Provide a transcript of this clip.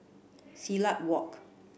Silat Walk